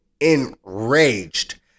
enraged